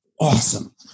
Awesome